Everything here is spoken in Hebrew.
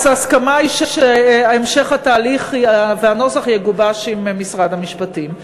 ההסכמה היא שהמשך התהליך והנוסח יגובשו עם משרד המשפטים.